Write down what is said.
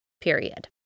period